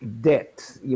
debt